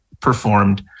performed